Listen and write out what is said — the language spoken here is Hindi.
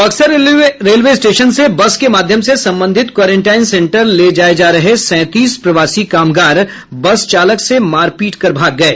बक्सर रेलवे स्टेशन से बस के माध्यम से संबंधित क्वारेंटीन सेन्टर ले जाये जा रहे सैंतीस प्रवासी कामगार बस चालक से मारपीट कर भाग गये